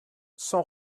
sans